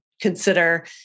consider